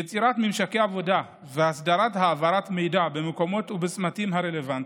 יצירת ממשקי עבודה והסדרת העברת מידע במקומות ובצמתים הרלוונטיים.